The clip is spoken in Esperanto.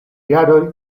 jaroj